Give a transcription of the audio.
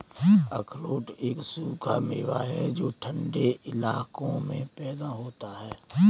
अखरोट एक सूखा मेवा है जो ठन्डे इलाकों में पैदा होता है